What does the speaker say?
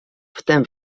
wtem